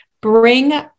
bring